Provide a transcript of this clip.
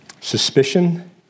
suspicion